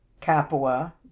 Capua